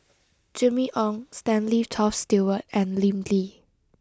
Jimmy Ong Stanley Toft Stewart and Lim Lee